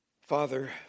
Father